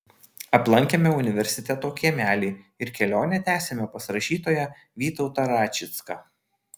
aplankėme universiteto kiemelį ir kelionę tęsėme pas rašytoją vytautą račicką